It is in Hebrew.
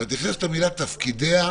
כשאת נכנסת למילה "תפקידיה",